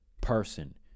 person